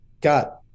got